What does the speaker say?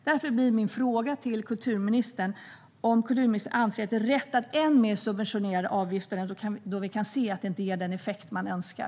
Därför blir min fråga till kulturministern om hon anser att det är rätt att än mer subventionera avgifterna, då vi kan se att det inte ger den effekt man önskar.